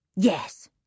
Yes